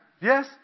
Yes